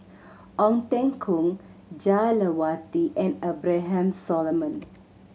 Ong Teng Koon Jah Lelawati and Abraham Solomon